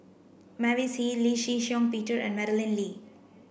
Mavis Hee Lee Shih Shiong Peter and Madeleine Lee